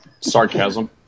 Sarcasm